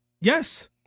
Yes